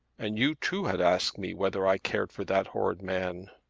and you too had asked me whether i cared for that horrid man.